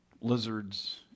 lizards